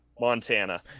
Montana